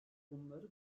bunları